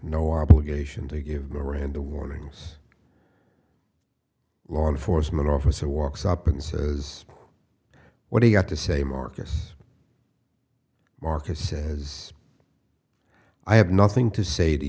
no obligation to give miranda warnings law enforcement officer walks up and says what do you have to say marcus marcus says i have nothing to say to